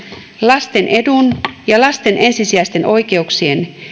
lasten edun ja lasten ensisijaisten oikeuksien